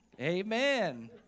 Amen